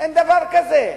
אין דבר כזה.